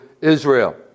Israel